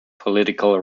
political